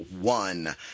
one